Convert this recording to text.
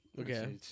Okay